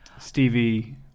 Stevie